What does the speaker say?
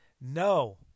No